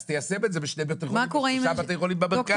אז תיישם את זה בשני בתי חולים או שלושה בתי חולים במרכז.